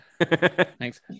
Thanks